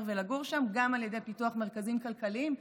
ולגור שם גם על ידי פיתוח מרכזים כלכליים,